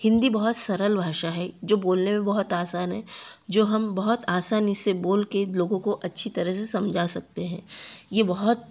हिंदी बहुत सरल भाषा है जो बोलने में बहुत आसान है जो हम बहुत आसानी से बोल कर लोगों को अच्छी तरह से समझा सकते हैं ये बहुत